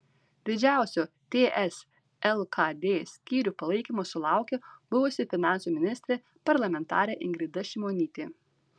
didžiausio ts lkd skyrių palaikymo sulaukė buvusi finansų ministrė parlamentarė ingrida šimonytė